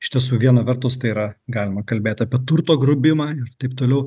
iš tiesų viena vertus tai yra galima kalbėt apie turto grobimą ir taip toliau